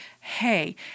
hey